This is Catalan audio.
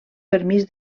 permís